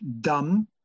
dumb